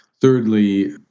thirdly